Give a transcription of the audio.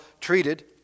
treated